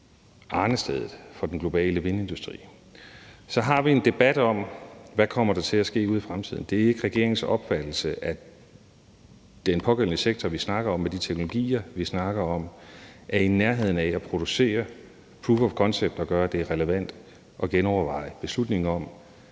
arnestedet for den globale vindindustri. Så har vi en debat om, hvad der kommer til at ske ude i fremtiden. Det er ikke regeringens opfattelse, at den pågældende sektor, vi snakker om, med de teknologier, vi snakker om, er i nærheden af at producere proof of concept og gøre det relevant at genoverveje beslutningen om,